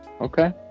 Okay